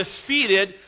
defeated